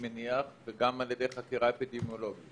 נשלחת אל החולה